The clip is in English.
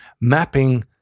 mapping